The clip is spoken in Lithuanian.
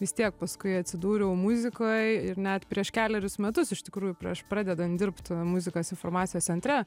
vis tiek paskui atsidūriau muzikoj ir net prieš kelerius metus iš tikrųjų prieš pradedant dirbt muzikos informacijos centre